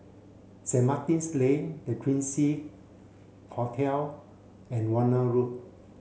Saint Martin's Lane The Quincy Hotel and Warna Road